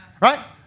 right